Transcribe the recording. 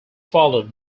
followed